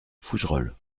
fougerolles